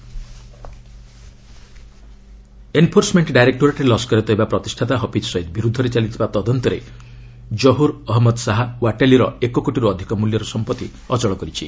ED Hafiz Saeed enforcement directorate Lashkar-e Taiba ପ୍ରତିଷ୍ଠାତା ହଫିଜ୍ ସୟିଦ୍ ବିରୁଦ୍ଧରେ ଚାଲିଥିବା ତଦନ୍ତରେ ଜହୁର୍ ଅହମ୍ମଦ ଶାହା ୱାଟାଲିର ଏକ କୋଟିରୁ ଅଧିକ ମୂଲ୍ୟର ସମ୍ପତ୍ତି ଅଚଳ କରିଛି